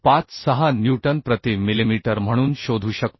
56 newton प्रति millimetre म्हणून शोधू शकतो